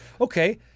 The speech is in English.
okay